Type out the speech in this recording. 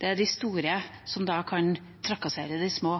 Det er de store som da kan trakassere de små.